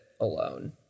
alone